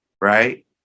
right